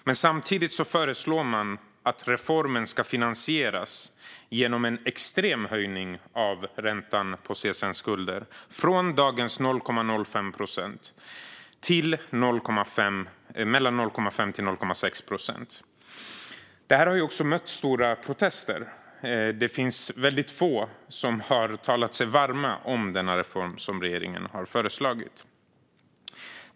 Men samtidigt föreslår man att reformen ska finansieras genom en extrem höjning av räntan på CSN-skulder - från dagens 0,05 procent till mellan 0,5 och 0,6 procent. Detta har mött stora protester. Det är väldigt få som har talat sig varma för den reform som regeringen har föreslagit.